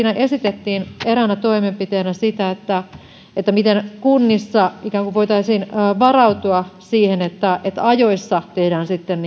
esitettiin eräänä toimenpiteenä sitä miten kunnissa voitaisiin ikään kuin varautua siihen että että ajoissa tehdään sitten